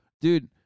Dude